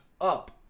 up